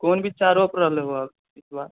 कोन वृक्षा रोप रहलूअ इसबार